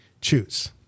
choose